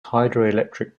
hydroelectric